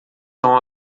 são